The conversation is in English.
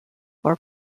were